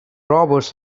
robbers